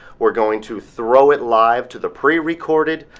we're going to throw it live to the pre-recorded